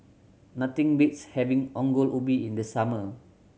nothing beats having Ongol Ubi in the summer